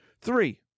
Three